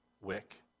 wick